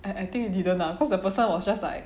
I think it didn't lah cause the person was just like